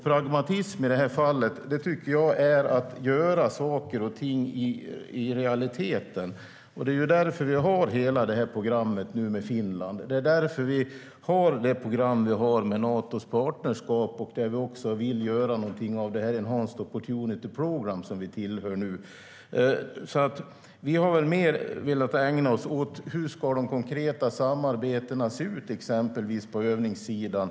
Pragmatism i det här fallet är att göra saker och ting i realiteten. Det är därför som vi har programmet med Finland och med Natos partnerskap. Vi vill också göra någonting av Enhanced Opportunities Programme som vi nu tillhör. Vi har mer velat ägna oss åt hur de konkreta samarbetena ska se ut, exempelvis på övningssidan.